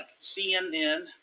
CNN